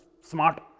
Smart